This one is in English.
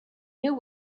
new